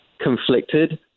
conflicted